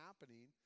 happening